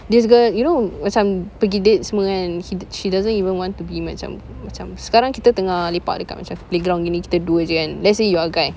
this girl you know macam pergi date semua kan he she doesn't even want to be macam macam sekarang kita tengah lepak dekat macam playground gini kita dua jer kan let's say you are a guy